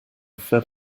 fed